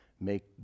make